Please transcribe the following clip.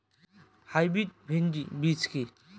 Hybrid ভীন্ডি বীজ কি?